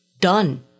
done